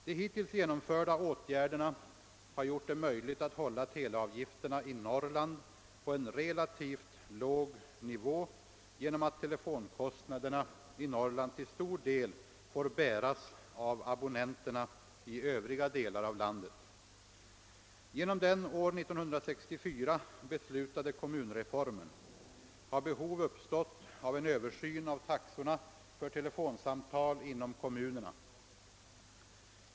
De hittills genomförda åtgärderna har gjort det möjligt att hålla teleavgifterna i Norrland på en relativt låg nivå genom att telefonkostnaderna i Norrland till stor del får bäras av abonnenterna i övriga delar av landet. Genom den år 1964 beslutade kommunreformen har behov uppstått av en översyn av taxorna för telefonsamtal inom kommunerna.